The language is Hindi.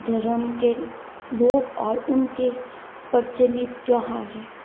धर्म के लोग और उनके प्रचलित त्योहार है